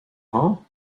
home